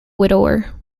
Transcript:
widower